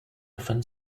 often